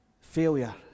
failure